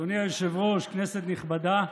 אדוני היושב-ראש, כנסת נכבדה,